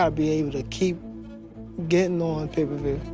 ah be able to keep getting on pay-per-view,